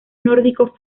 nórdico